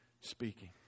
speaking